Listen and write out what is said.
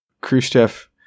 Khrushchev